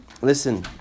listen